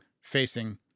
facing